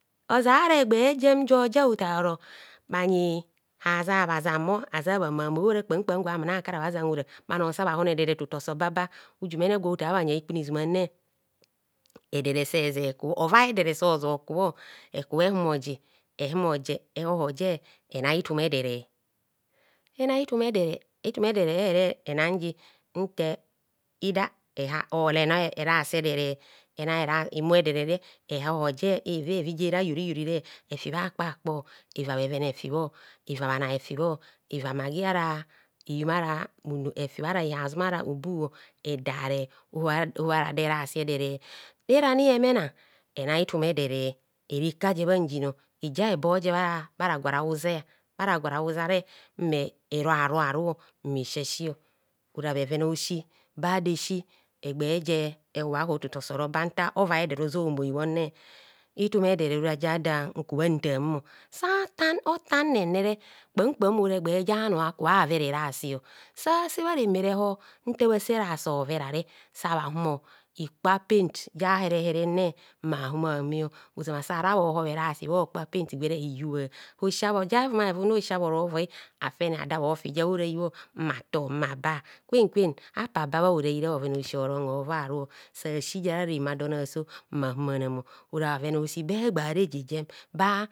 Ozara egbe jem joja ota ro bhaai aza bhazamo aja bha mamoi bho ora kpam kpam gwa kara bhazan hora bhano sa bha hon edere tu tu tu oba ba ujumene gwo tar bhanyi ikpirizumane edere seje ku ova edere so jo kua eke humo ji, ehumoje ehohje mme na itum edere ena itum edere, if um edere ere nan ji nta ida (starmering) ena erasi edere imu edere ehoje evevi jera ivivire efi bha kpa kpo eva bheven efibho eva bhanai efibho eva magi ara eyum ara bhunor ara bhi hazaum ara obu efibho ohobhara do erasi edere, serani eme na ena itum edere ere ka ji bhanjin ejian ebhor ji bhara gwa rawuza bha ragwa ra wuza mme ero aro aru mme sasio ora bheven a'osi bado esi egbe je hubha hub tutu mmo so ba nta ova edere ozo moibhomo itum edere ora ja nku bho ntar mmo. Sa hota nnenere kpam kpam ora egbe ja bhanor aka bha vera evasio, sase bha re me rehor nta bhase erasi overare sa bha humor ikpor a'penti ja here here nne mma humo bhame ozama se hara bho hob era si bha okpor a'penti gwere hiyu bha osiabho ro ja hevuma hevumne osi abhro hovoi ada bho vi ja hora i bho mma tor mma ba kwen kwen apa ba bha horaire bhoven a’ osi oron hovoi aru sasi je ara rema don aso mma namo ora bheven a'osi ba egba reje jem ba.